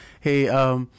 Hey